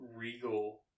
Regal